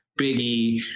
Biggie